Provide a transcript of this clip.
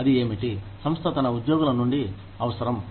అది ఏమిటి సంస్థ తన ఉద్యోగుల నుండి అవసరం